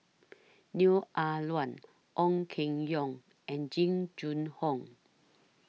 Neo Ah Luan Ong Keng Yong and Jing Jun Hong